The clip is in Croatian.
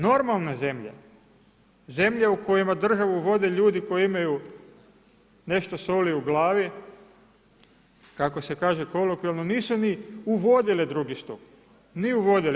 Normalne zemlje, zemlje u kojima državu vode ljudi koji imaju nešto soli u glavi, kako se kaže kolokvijalno, nisu ni uvodile II stup, ni uvodile.